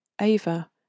Ava